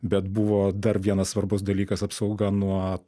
bet buvo dar vienas svarbus dalykas apsauga nuo